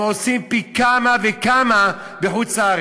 הם עושים פי כמה וכמה בחוץ-לארץ.